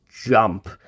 jump